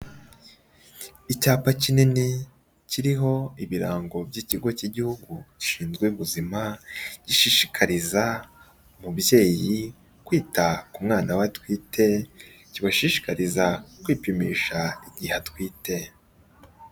Icyapa kinini, kiriho ibirango by'ikigo cy'igihugu gishinzwe ubuzima, gishishikariza umubyeyi kwita ku mwana we atwite, kibashishikariza kwipimisha igihe atwite.